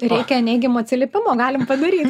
reikia neigiamo atsiliepimo galim padaryt